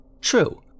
True